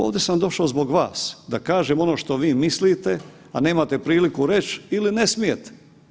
Ovdje sam došao zbog vas da kažem ono što vi mislite, a nemate priliku reć ili ne smijete.